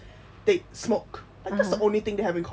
they smoke like that's the only thing they have in common